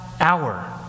hour